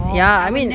ya I mean